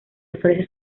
ofrece